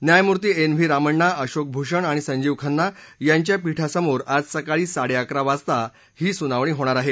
न्यायमूर्ती N V Ramana Ashok Bhushan आणि संजीव खन्ना यांच्या पीठासमोर आज सकाळी साडेअकरा वाजता ही सुनावणी होणार आहे